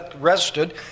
rested